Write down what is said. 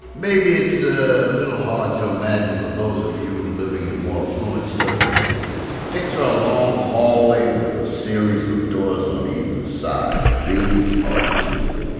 maybe it's a little hard to imagine for those of you living in more affluent circumstances. picture a long hallway with a series of doors on either side. these are the cubicles,